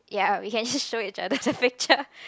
ya you can just show each other the picture